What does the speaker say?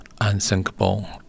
unthinkable